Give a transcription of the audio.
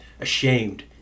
ashamed